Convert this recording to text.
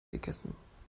gegessen